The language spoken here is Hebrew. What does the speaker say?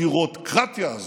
בחקירות-קרטיה הזאת,